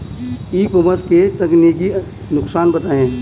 ई commerce के तकनीकी नुकसान बताएं?